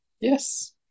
yes